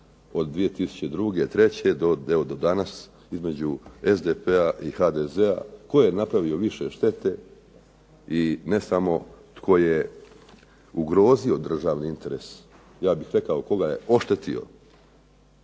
od 2002., 2003. do evo do danas između SDP-a i HDZ-a. Tko je napravio više štete? I ne samo tko je ugrozio državni interes, ja bih rekao, tko ga je oštetio?